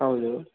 ಹೌದು